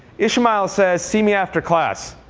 ishmael says see me after class.